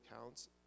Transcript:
counts